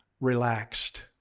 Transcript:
relaxed